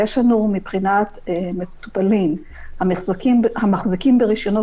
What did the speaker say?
יש לנו מבחינת מטופלים המחזיקים ברישיונות